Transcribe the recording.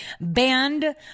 banned